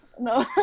no